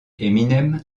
eminem